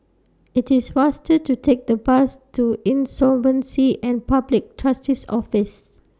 IT IS faster to Take The Bus to Insolvency and Public Trustee's Office